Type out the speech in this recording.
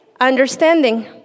understanding